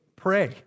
pray